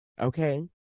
okay